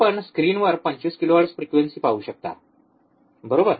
आपण स्क्रीनवर २५ kilohertz frequency पाहू शकता बरोबर